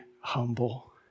humble